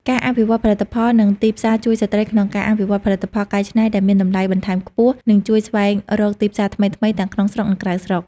ការអភិវឌ្ឍផលិតផល និងទីផ្សារជួយស្ត្រីក្នុងការអភិវឌ្ឍផលិតផលកែច្នៃដែលមានតម្លៃបន្ថែមខ្ពស់ និងជួយស្វែងរកទីផ្សារថ្មីៗ ទាំងក្នុងស្រុក និងក្រៅស្រុក។